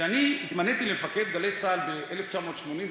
כשאני התמניתי למפקד גלי צה"ל ב-1985,